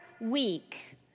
week